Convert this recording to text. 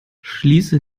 schließe